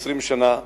כ-20 שנה,